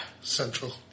Central